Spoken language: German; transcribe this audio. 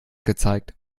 gezeigt